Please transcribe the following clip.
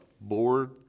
Board